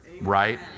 right